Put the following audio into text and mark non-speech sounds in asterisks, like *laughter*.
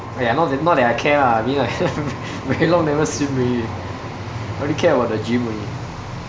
oh ya not that not that I care lah I mean I *laughs* very long never swim already I only care about the gym only